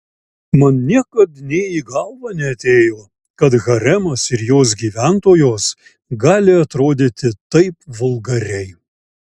man niekad nė į galvą neatėjo kad haremas ir jos gyventojos gali atrodyti taip vulgariai